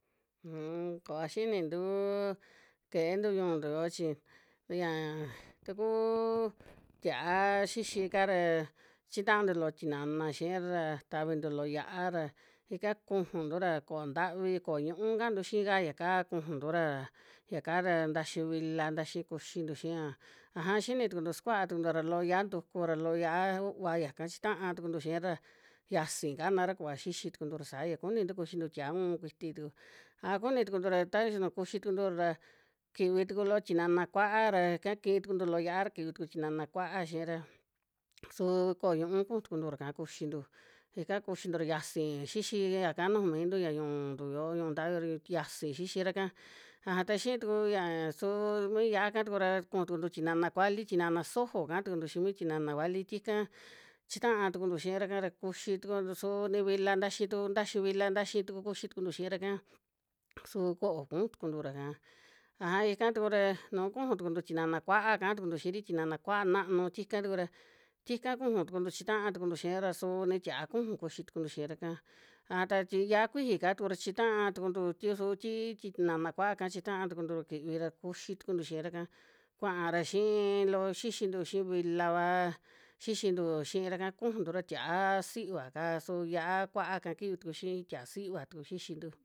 Un koa xinintuu keentu ñu'untu yoo chi ya takuu tia'a xixi'ka ra chitantu loo tinana xiira ra tavintu loo yia'a ra ika kujuntura ko'o ntavi, ko'o ñuu kantu xii ka yaka kujuntura, yiaka ra ntaxi vila ntaxi kuxintu xia, aja xini tukuntu sukua tukuntua ra loo yia'a ntuku ra loo yia'a u'va yaka chitaa tukuntu xiira ra yiasi kanara kuva xixi tukuntura saa, yia kunintu kuxintu tia'a uun kuiti tuku, a kuni tukuntu ra ta xa nu kuxi tukuntura ra kivi tuku loo tinana kua'a ra ika kii tukuntu loo yia'a, kivi tuku tinana kua'a xiira su ko'o ñuu kuju tukuntura'ka kuxintu, ika kuxintu ra yiasin xixi yaka nuju mintu ya ñ'untu yoo ñu'un tavi yoo ra, xiasi xixira'ka aja ta xii tuku ya suu mi yia'aka tuku ra kuju tukuntu tinana kuali, tinana sojo kaa tukuntu xii mi tinana vali ti'ka chi taa tukuntu xiira'ka ra kuxi tukuontu suu ni vila ntaxi, tu ntaxi liva ntaxi tuku kuxi tukuntu xiira'ka su ko'o kuju tukuntura'ka, aja ika tuku ra nu kuju tukuntu tinana kua'a kaa tukuntu xii ti tinana kua'a naanu, tika tuku ra tika kuju tukuntu chitaa tukuntu xiira su ni tia'a kuju kuxi tukuntu xiira'ka, aja ta ti yia'a kuiji'ka tukura chitaa tukuntu, ti su ti tinana kua'aka chitaa tukuntu ra kivi ra kuxi tukuntu xiira'ka, kuara xii loo xixintu xi vilaava xixintu xiira'ka kujuntura, tia'a sivaka su yia'a kua'aka viki tuku xii tia'a tuku xixintu